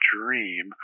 dream